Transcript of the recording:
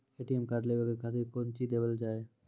ATM card लेवे के खातिर कौंची देवल जाए?